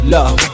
Love